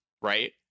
right